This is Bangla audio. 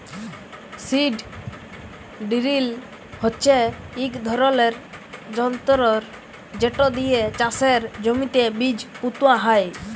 সিড ডিরিল হচ্যে ইক ধরলের যনতর যেট দিয়ে চাষের জমিতে বীজ পুঁতা হয়